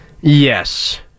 Yes